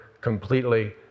completely